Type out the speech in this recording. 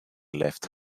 left